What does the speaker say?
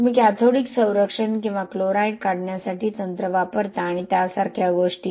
तुम्ही कॅथोडिक संरक्षण किंवा क्लोराईड काढण्यासारखी तंत्रे वापरता आणि त्यासारख्या गोष्टी